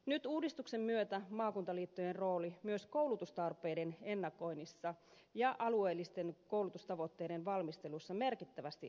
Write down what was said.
nyt uudistuksen myötä maakuntaliittojen rooli myös koulutustarpeiden ennakoinnissa ja alueellisten koulutustavoitteiden valmistelussa merkittävästi vahvistuu